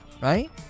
Right